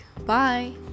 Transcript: Bye